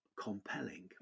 compelling